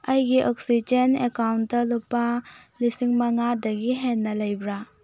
ꯑꯩꯒꯤ oxygen account ꯂꯨꯄꯥ ꯂꯤꯁꯤꯡ ꯃꯉꯥꯗꯒꯤ ꯍꯦꯟꯅ ꯂꯩꯕ꯭ꯔꯥ